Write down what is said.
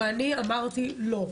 ואני אמרתי לא.